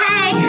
Hey